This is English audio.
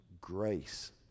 grace